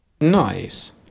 Nice